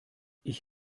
ich